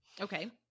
Okay